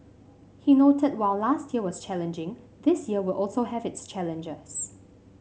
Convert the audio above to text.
he noted while last year was challenging this year will also have its challenges